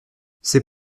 c’est